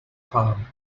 farm